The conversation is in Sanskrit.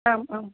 आम् आम्